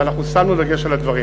ואנחנו שמנו דגש על הדברים.